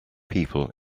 people